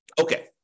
Okay